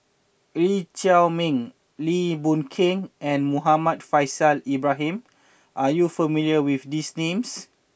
Lee Chiaw Meng Lim Boon Keng and Muhammad Faishal Ibrahim are you not familiar with these names